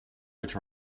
which